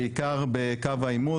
בעיקר בקו העימות.